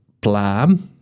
plan